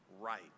right